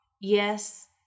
Yes